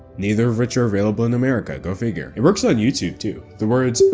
neither of which are available in america, go figure. it works on youtube too. the words,